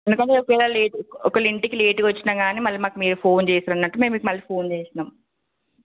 ఎందుకంటే పిల్లలు లేట్ ఒకళ్ళు ఇంటికి లేట్గా వచ్చిన గాని మళ్ళీ మాకు మీరు ఫోన్ చేస్తున్నారు అన్నట్టు మేము మీకు మళ్ళీ ఫోన్ చేసినాము